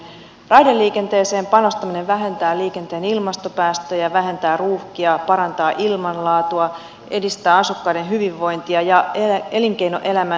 raideliikenteeseen panostaminen vähentää liikenteen ilmastopäästöjä vähentää ruuhkia parantaa ilmanlaatua sekä edistää asukkaiden hyvinvointia ja elinkeinoelämän kilpailukykyä